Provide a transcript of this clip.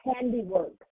handiwork